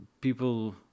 people